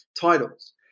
titles